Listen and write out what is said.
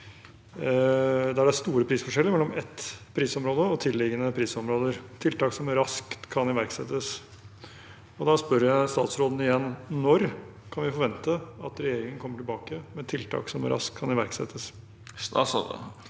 der det er store prisforskjeller mellom ett prisområde og tilliggende prisområder – «tiltak som raskt kan iverksettes». Da spør jeg statsråden igjen: Når kan vi forvente at regjeringen kommer tilbake med «tiltak som raskt kan iverksettes»? Statsråd